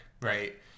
right